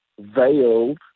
veiled